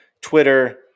Twitter